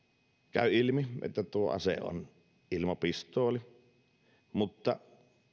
käy ilmi että tuo ase on ilmapistooli mutta